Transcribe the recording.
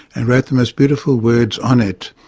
and wrote the most beautiful words on it.